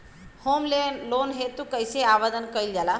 Home loan हेतु कइसे आवेदन कइल जाला?